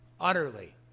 utterly